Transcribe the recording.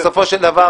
בסופו של דבר,